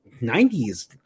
90s